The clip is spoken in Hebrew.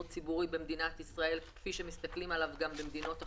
ציבורי במדינת ישראל כפי שמסתכלים עליו גם במדינות אחרות,